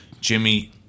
jimmy